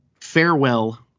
Farewell